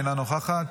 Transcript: אינה נוכחת,